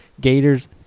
Gators